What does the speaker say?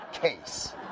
case